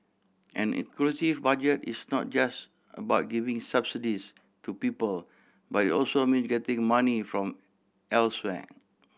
an inclusive Budget is not just about giving subsidies to people but it also means getting money from elsewhere